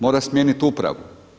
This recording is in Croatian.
Mora smijeniti upravu.